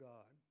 God